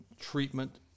treatment